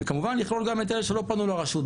וכמובן לכלול גם את אלה שלא פנו לרשות,